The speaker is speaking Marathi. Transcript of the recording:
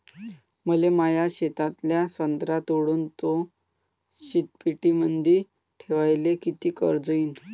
मले माया शेतातला संत्रा तोडून तो शीतपेटीमंदी ठेवायले किती खर्च येईन?